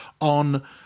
on